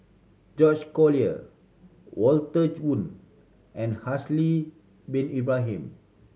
George Collyer Walter Woon and Haslir Bin Ibrahim